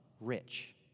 rich